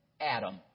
Adam